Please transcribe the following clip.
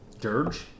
Dirge